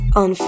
on